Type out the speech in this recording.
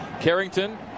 Carrington